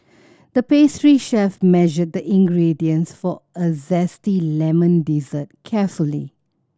the pastry chef measured the ingredients for a zesty lemon dessert carefully